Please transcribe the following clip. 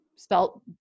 Spelt